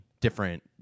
different